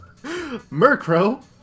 Murkrow